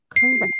correct